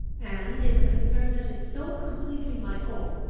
and, in a concern that is so completely my own,